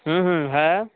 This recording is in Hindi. हम्म हम्म है